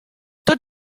tot